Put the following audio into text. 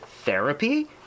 Therapy